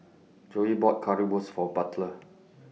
Zoey bought Currywurst For Butler